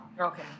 Okay